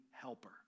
helper